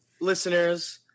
listeners